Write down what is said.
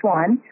one